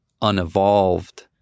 unevolved